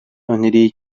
öneriyi